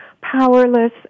powerless